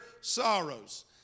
sorrows